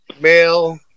male